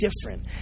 different